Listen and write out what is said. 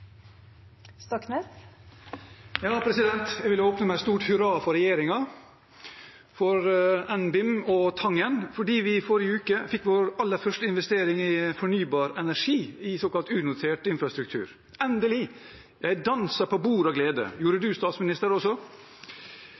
Jeg vil åpne med et stort hurra for regjeringen, for NBIM og Tangen, fordi vi forrige uke fikk vår aller første investering i fornybar energi, i såkalt unotert infrastruktur. Endelig – jeg danset på bordet av glede! Gjorde statsministeren det også?